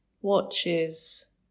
watches